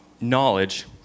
knowledge